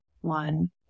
one